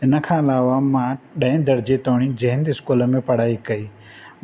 हिन खां अलावा मां ॾहें दर्जे ताईं जय हिंद स्कूल में पढ़ाई कई